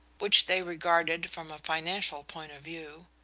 which they regarded from a financial point of view.